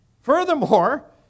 Furthermore